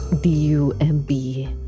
d-u-m-b